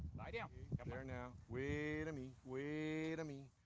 lie down, here now, way to me, way to me.